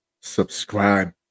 subscribe